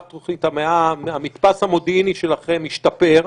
תוכנית המאה "המתפס המודיעיני" שלכם משתפר,